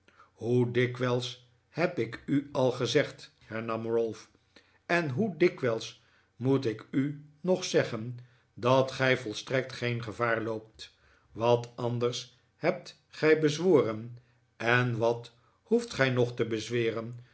hoe dikwijls heb ik u al gezegd hernam ralph en hoe dikwijls moet ik u nog zeggen dat gij volstrekt geen gevaar loopt wat anders hebt gij bezworen en wat hoeft gij nog te bezweren